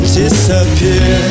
disappear